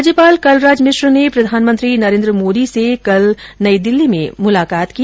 राज्यपाल कलराज मिश्र ने प्रधानमंत्री नरेन्द्र मोदी से कल नई दिल्ली में मुलाकात की